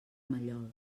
mallol